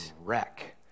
wreck